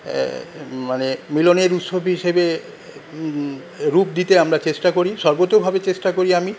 মানে মিলনের উৎসব হিসেবে রূপ দিতে আমরা চেষ্টা করি সর্বতোভাবে চেষ্টা করি আমি